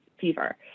fever